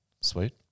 Sweet